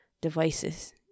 devices